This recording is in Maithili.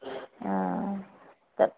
ओ तऽ